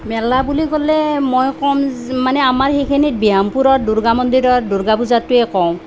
মেলা বুলি ক'লে মই ক'ম মানে আমাৰ সেইখিনিত বিহামপুৰত দুৰ্গা মন্দিৰত দুৰ্গা পূজাটোৱেই ক'ম